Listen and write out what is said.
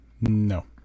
No